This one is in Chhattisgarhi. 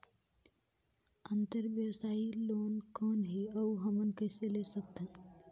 अंतरव्यवसायी लोन कौन हे? अउ हमन कइसे ले सकथन?